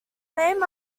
named